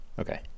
Okay